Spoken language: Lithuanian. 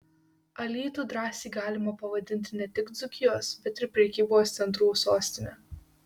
alytų drąsiai galima pavadinti ne tik dzūkijos bet ir prekybos centrų sostine